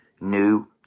new